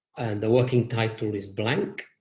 the working title is blank,